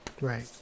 Right